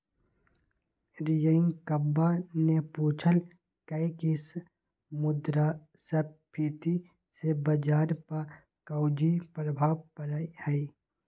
रियंकवा ने पूछल कई की मुद्रास्फीति से बाजार पर काउची प्रभाव पड़ा हई?